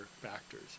factors